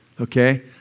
okay